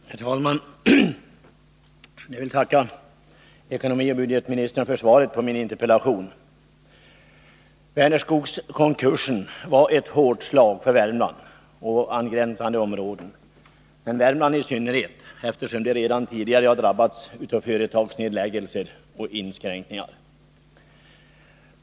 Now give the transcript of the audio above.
Herr talman! Jag vill tacka ekonomioch budgetministern för svaret på min interpellation. Vänerskogs konkurs var ett hårt slag för Värmland och även för angränsande områden. Värmland har redan tidigare drabbats av företagsnedläggningar och inskränkningar.